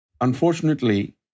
unfortunately